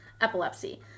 epilepsy